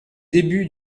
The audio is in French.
débuts